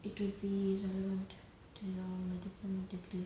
it will be relevant to your medical degree